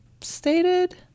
stated